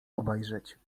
obejrzeć